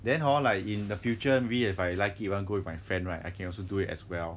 then hor like in the future we if I like it want go with my friend right I can also do it as well